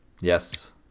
Yes